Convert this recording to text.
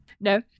No